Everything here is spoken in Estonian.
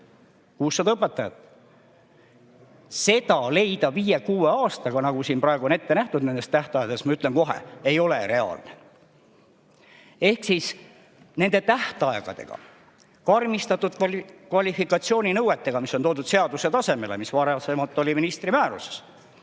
600 õpetajat! Seda leida viie‑kuue aastaga, nagu praegu on ette nähtud nende tähtaegadega, ma ütlen kohe, ei ole reaalne. Ehk nende tähtaegadega, karmistatud kvalifikatsiooninõuetega, mis on toodud seaduse tasemele, mis varasemalt oli ministri määruses,